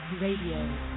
Radio